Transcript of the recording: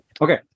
Okay